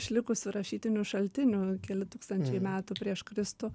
išlikusių rašytinių šaltinių keli tūkstančiai metų prieš kristų